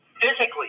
physically